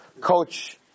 coach